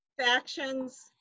factions